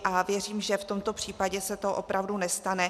A věřím, že v tomto případě se to opravdu nestane.